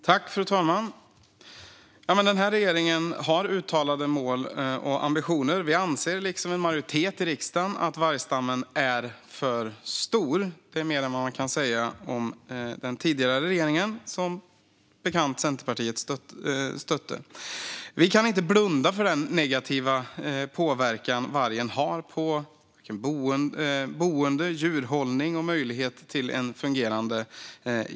Fru talman! Regeringen har uttalade mål och ambitioner. Vi anser liksom en majoritet i riksdagen att vargstammen är för stor. Det är mer än vad man kan säga om den tidigare regeringen, som Centerpartiet som bekant stödde. Vi kan inte blunda för den negativa påverkan vargen har på boende, djurhållning och jakt.